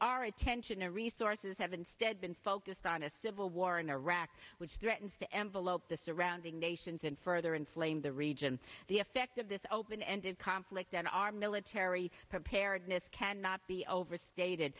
our attention and resources have instead been focused on a civil war in iraq which threatens to envelope the surrounding nations and further inflame the region the effect of this open ended conflict and our military preparedness cannot be overstated